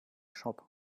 shop